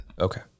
Okay